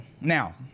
now